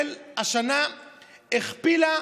השנה מדינת